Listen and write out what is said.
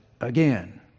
again